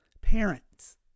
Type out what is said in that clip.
parents